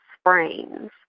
sprains